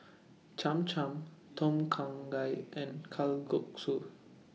Cham Cham Tom Kha Gai and Kalguksu